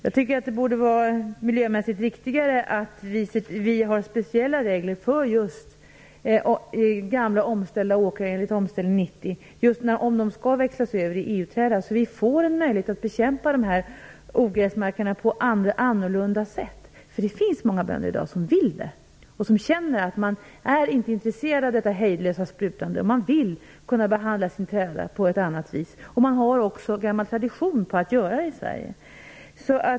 Jag tycker att det borde vara miljömässigt riktigare att ha speciella regler för just gamla åkrar som omställdes enligt beslutet 1990 om de skall växlas över i EU-träda, så att vi får en möjlighet att bekämpa dessa ogräsmarker på annorlunda sätt. Det finns många bönder i dag som vill det och som inte är intresserade av detta hejdlösa sprutande. Man vill kunna behandla sin träda på ett annat vis. Det finns också en gammal tradition för det i Sverige.